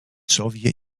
soviet